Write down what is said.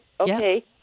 okay